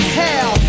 hell